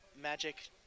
magic